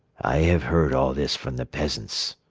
i have heard all this from the peasants.